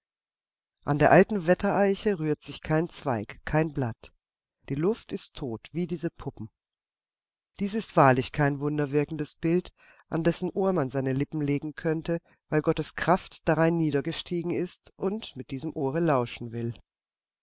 an der alten wettereiche rührt sich kein zweig kein blatt die luft ist tot wie diese puppen dies ist wahrlich kein wunderwirkendes bild an dessen ohr man seine lippen legen könnte weil gottes kraft darein niedergestiegen ist und mit diesem ohre lauschen will